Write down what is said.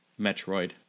Metroid